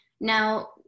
Now